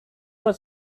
was